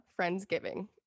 Friendsgiving